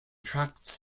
tracts